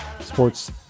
Sports